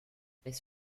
this